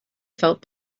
felt